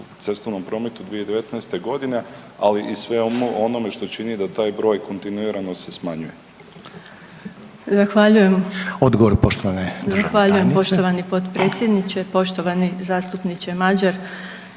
u cestovnom prometu 2019.g., ali i svemu onome što čini da taj broj kontinuirano se smanjuje.